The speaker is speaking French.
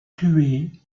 tué